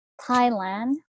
thailand